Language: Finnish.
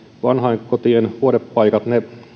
vanhainkotien vuodepaikat